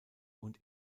und